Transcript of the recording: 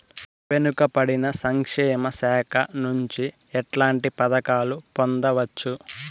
వెనుక పడిన సంక్షేమ శాఖ నుంచి ఎట్లాంటి పథకాలు పొందవచ్చు?